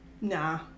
Nah